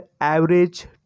average